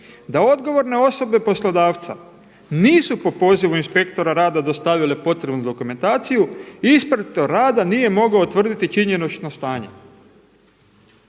da odgovorne osobe poslodavca nisu po pozivu inspektora rada dostavile potrebnu dokumentaciju i inspektor rada nije mogao utvrditi činjenično stanje.